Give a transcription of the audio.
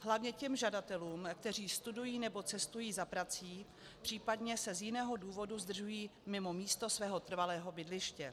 Hlavně těm žadatelům, kteří studují nebo cestují za prací, případně se z jiného důvodu zdržují mimo místo svého trvalého bydliště.